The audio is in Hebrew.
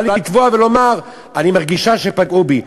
לתבוע ולומר: אני מרגישה שפגעו בי.